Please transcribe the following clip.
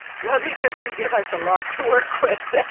well, they certainly give us a lot to work with.